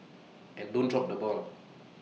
and don't drop the ball